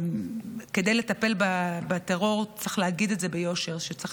כדי לטפל בטרור צריך להגיד ביושר שצריך